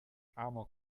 amok